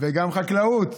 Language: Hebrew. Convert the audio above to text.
וגם חקלאות.